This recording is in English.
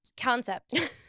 concept